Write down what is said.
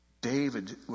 David